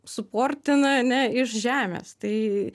suportina ane iš žemės tai